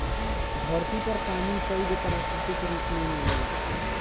धरती पर पानी कईगो प्राकृतिक रूप में मिलेला